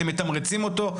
אתם מתמרצים אותו,